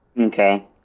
Okay